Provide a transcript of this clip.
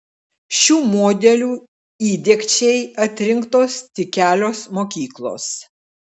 šių modelių įdiegčiai atrinktos tik kelios mokyklos